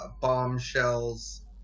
bombshells